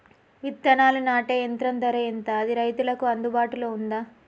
విత్తనాలు నాటే యంత్రం ధర ఎంత అది రైతులకు అందుబాటులో ఉందా?